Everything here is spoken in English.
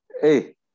hey